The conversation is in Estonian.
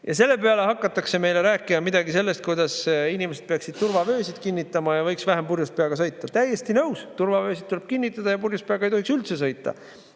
Selle peale hakati meile rääkima midagi sellest, et inimesed peaksid turvavöö kinnitama ja võiks vähem purjus peaga sõita. Täiesti nõus! Turvavöö tuleb kinnitada ja purjus peaga ei tohiks üldse sõita.